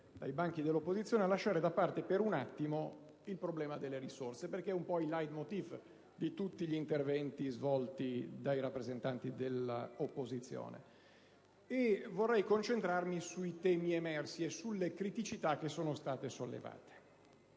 dai banchi dell'opposizione, a lasciare da parte per un attimo il problema delle risorse, perché è un po' il *Leitmotiv* di tutti gli interventi svolti dai rappresentanti dell'opposizione. Vorrei concentrarmi sui temi emersi e le altre criticità sollevate.